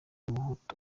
umuhutu